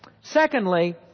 Secondly